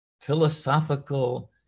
philosophical